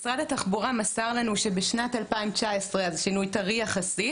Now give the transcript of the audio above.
משרד התחבורה מסר לנו שבשנת 2019 שינוי טרי יחסית